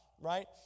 Right